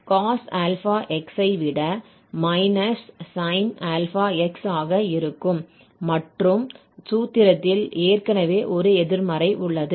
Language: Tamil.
cos αx ஐ வகையிட sinαx ஆக இருக்கும் மற்றும் சூத்திரத்தில் ஏற்கனவே ஒரு எதிர்மறை உள்ளது